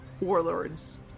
Warlords